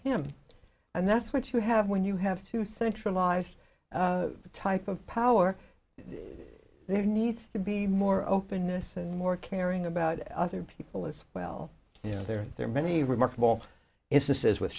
him and that's what you have when you have to centralised the type of power there needs to be more openness and more caring about other people as well you know there are many remarkable is this is with